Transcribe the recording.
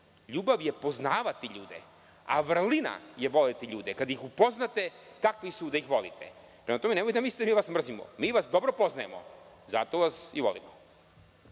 ljubav je poznavati ljude, a vrlina je voleti ljude. Kada ih upoznate kakvi su, da ih volite. Prema tome, nemojte da mislite da mi vas mrzimo. Mi vas dobro poznajemo. Zato vas i volimo.